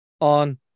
on